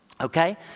Okay